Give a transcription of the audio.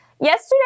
Yesterday